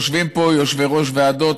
יושבים פה יושבי-ראש ועדות,